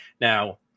Now